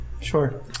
Sure